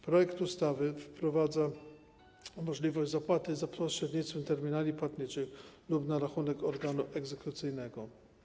Projekt ustawy wprowadza możliwość zapłaty za pośrednictwem terminali płatniczych lub na rachunek organu egzekucyjnego.